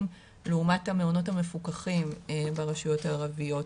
לעומת המעונות המפוקחים ברשויות הערביות.